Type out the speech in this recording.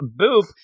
boop